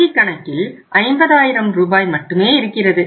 வங்கிக் கணக்கில் 50 ஆயிரம் ரூபாய் மட்டுமே இருக்கிறது